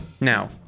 Now